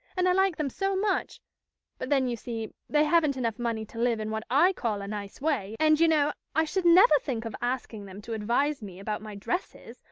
and i like them so much but then, you see, they haven't enough money to live in what i call a nice way, and, you know, i should never think of asking them to advise me about my dresses,